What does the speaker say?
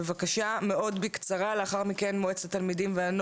אנשים מהפריפריה שהם לאו דווקא מוחלשים אבל